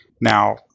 Now